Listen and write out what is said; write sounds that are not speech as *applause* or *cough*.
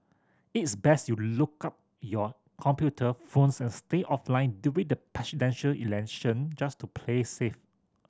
is best you look up your computer phones and stay offline during *unintelligible* Presidential Election just to play safe